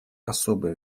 особое